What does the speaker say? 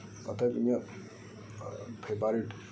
ᱚᱛᱷᱚᱭᱮᱵ ᱤᱧᱟᱹᱜ ᱯᱷᱮᱵᱟᱨᱮᱴ